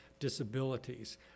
disabilities